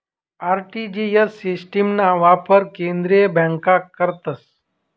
RTGS सिस्टिमना वापर केंद्रीय बँका करतस